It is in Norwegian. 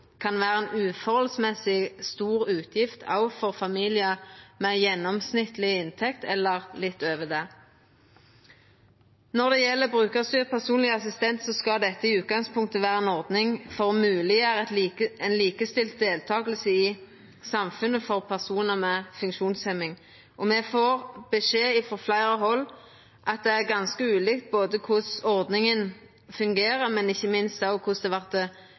kan vera ei urimeleg stor utgift òg for familiar med gjennomsnittleg inntekt eller litt over det. Når det gjeld brukarstyrt personleg assistent, skal dette i utgangspunktet vera ei ordning for å mogleggjera ei likestilt deltaking i samfunnet for personar med funksjonshemming. Me får beskjed frå fleire hald om at det er ganske ulikt både korleis ordninga fungerer og ikkje minst korleis det